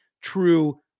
true